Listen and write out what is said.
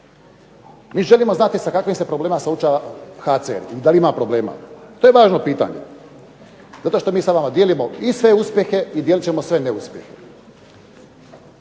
Mi želimo znati sa kakvim se problemima suočava HCR i da li ima problema. To je važno pitanje. Zato što mi sa vama dijelimo i sve uspjehe i dijelit ćemo sve neuspjehe.